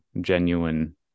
genuine